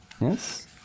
Yes